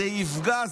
זה ייפגע.